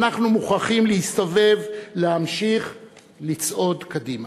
אנחנו מוכרחים להסתובב, להמשיך לצעוד קדימה.